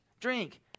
drink